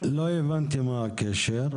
לא הבנתי מה הקשר.